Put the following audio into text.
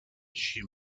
she